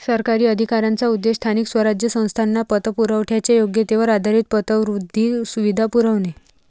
सरकारी अधिकाऱ्यांचा उद्देश स्थानिक स्वराज्य संस्थांना पतपुरवठ्याच्या योग्यतेवर आधारित पतवृद्धी सुविधा पुरवणे